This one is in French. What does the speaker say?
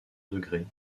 degrés